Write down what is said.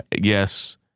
Yes